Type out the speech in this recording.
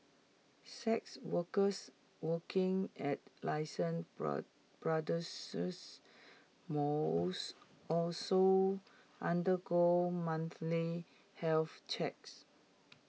sex workers working at licensed bra brothels must also undergo monthly health checks